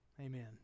Amen